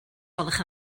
gwelwch